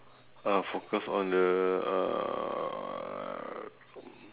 uh focus on the uh